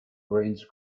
range